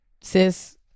Sis